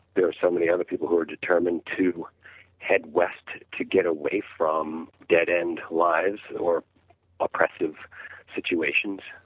there are so many and people who are determined to head west to get away from dead-end lives or oppressive situations,